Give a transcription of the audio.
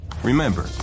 Remember